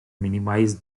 minimise